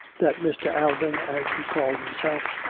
that mr. alban, as he called himself,